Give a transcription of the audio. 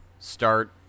start